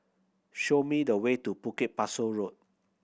show me the way to Bukit Pasoh Road